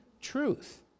truth